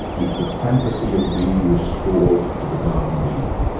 is the fantasy of being restored to the garden of eden,